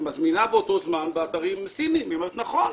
מזמינה באותו זמן באתרים סינים והיא אומרת נכון,